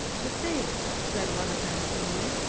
to think, said one of them to me,